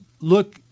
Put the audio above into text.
look